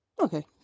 Okay